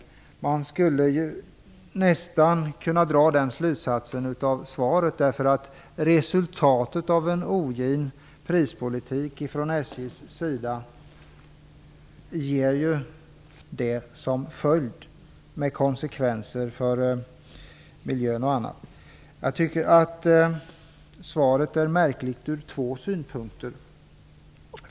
Man skulle nästan kunna dra den slutsatsen av svaret. Det blir nämligen resultatet av en ogin prispolitik från SJ:s sida. Det får även konsekvenser för miljön m.m. Jag tycker att svaret är märkligt ur två synpunkter.